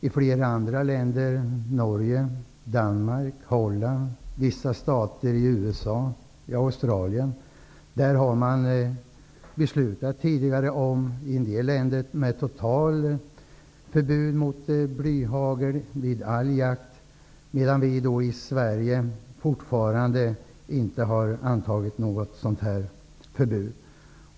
I flera andra länder -- Norge, Australien -- har man tidigare beslutat om totalt förbud av användandet av hagel vid all jakt. I Sverige har vi fortfarande inte antagit något sådant förbud.